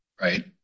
right